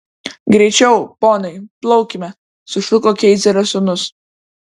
greičiau ponai plaukime sušuko keizerio sūnus